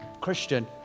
Christian